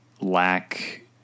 lack